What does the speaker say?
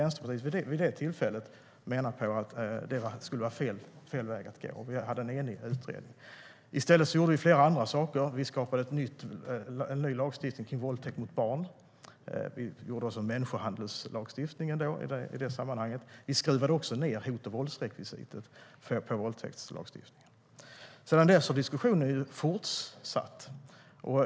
Vänsterpartiet menade vid det tillfället att det skulle vara fel väg att gå. Vi hade en enig utredning. Sedan dess har diskussionen fortsatt.